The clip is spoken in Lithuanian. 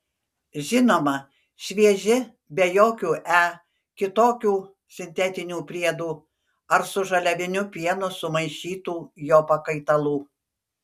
žinoma švieži be jokių e kitokių sintetinių priedų ar su žaliaviniu pienu sumaišytų jo pakaitalų